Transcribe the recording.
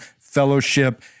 fellowship